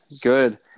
Good